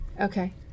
Okay